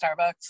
Starbucks